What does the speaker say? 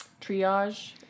triage